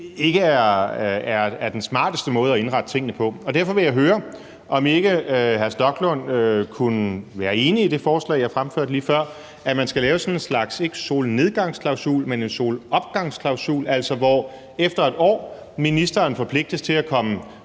ikke er den smarteste måde at indrette tingene på. Derfor vil jeg høre, om ikke hr. Rasmus Stoklund kunne være enig i det forslag, jeg fremførte lige før, om, at man skal lave sådan en slags, ikke solnedgangsklausul, men en solopgangsklausul – altså hvor ministeren efter 1 år forpligtes til at komme